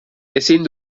ezin